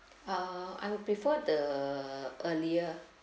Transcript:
uh I will prefer the earlier